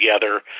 together